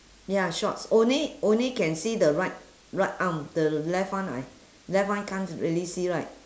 ya shorts only only can see the right right arm the left one I left one can't really see right